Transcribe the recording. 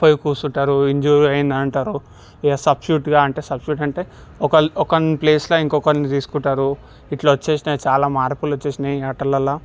పోయి కూర్చుంటారు ఇంజ్యూర్ అయిందంటారు ఇక సబ్స్ట్యూట్ గా అంటే సబ్స్ట్యూట్ అంటే ఒకరు ఒకని ప్లేసులో ఇంకొకన్ని తీసుకుంటారు ఇట్లా వచ్చేసిన చాలా మార్పులు వచ్చేసాయి ఆటలల్లా